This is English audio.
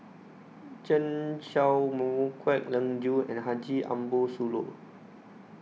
Chen Show Mao Kwek Leng Joo and Haji Ambo Sooloh